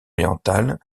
orientales